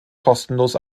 kostenlos